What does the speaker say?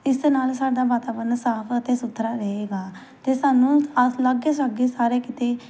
ਇਸਦੇ ਨਾਲ ਸਾਡਾ ਵਾਤਾਵਰਨ ਸਾਫ਼ ਅਤੇ ਸੁਥਰਾ ਰਹੇਗਾ ਅਤੇ ਸਾਨੂੰ ਆਸ ਲਾਗੇ ਸ਼ਾਗੇ ਸਾਰੇ ਕਿਤੇ